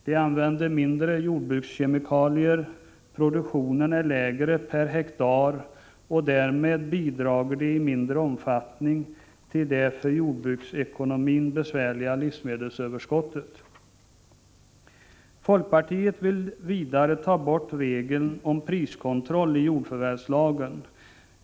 De använder mindre jordbrukskemikalier, produktionen är lägre per hektar och därmed bidrar de i mindre omfattning till det för jordbruksekonomin besvärande livsmedelsöverskottet. Folkpartiet vill vidare ta bort regeln om priskontroll i jordförvärvslagen.